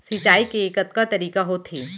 सिंचाई के कतका तरीक़ा होथे?